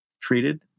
treated